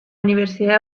universidad